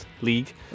League